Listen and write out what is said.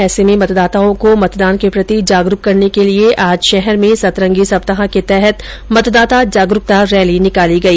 ऐस में मतदाताओं को मतदान के प्रति जागरूक करने के लिये आज शहर में सतरंगी सप्ताह के तहत मतदाता जागरूकता रैली निकाली गई